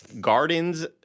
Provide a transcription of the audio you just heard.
gardens